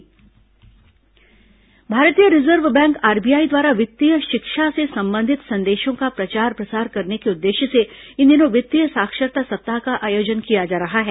वित्तीय साक्षरता सप्ताह भारतीय रिजर्व बैंक आरबीआई द्वारा वित्तीय शिक्षा से संबंधित संदेशों का प्रचार प्रसार करने के उद्देश्य से इन दिनों वित्तीय साक्षरता सप्ताह का आयोजन किया जा रहा है